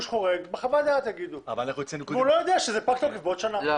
חורג והוא לא יודע שזה פג תוקף בעוד שנה.